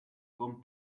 con